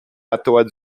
patois